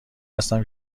هستم